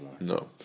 no